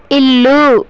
ఇల్లు